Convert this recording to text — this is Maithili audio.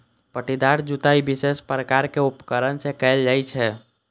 पट्टीदार जुताइ विशेष प्रकारक उपकरण सं कैल जाइ छै